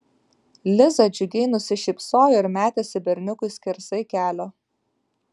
liza džiugiai nusišypsojo ir metėsi berniukui skersai kelio